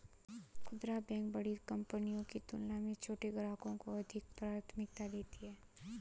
खूदरा बैंक बड़ी कंपनियों की तुलना में छोटे ग्राहकों को अधिक प्राथमिकता देती हैं